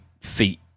feet